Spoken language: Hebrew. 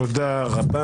תודה רבה.